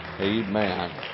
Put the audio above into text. Amen